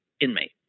inmate